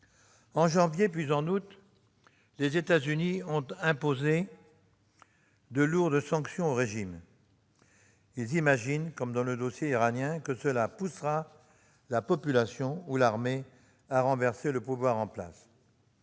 En janvier, puis en août, les États-Unis ont imposé de lourdes sanctions au régime. Ils imaginent, comme dans le dossier iranien, que cela poussera la population ou l'armée à renverser le pouvoir en place.